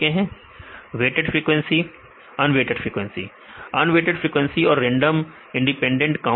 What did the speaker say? विद्यार्थी weighted frequency weighted frequency विद्यार्थी unweighted frequency unweighted frequency और रेंडम इंडिपेंडेंट काउंट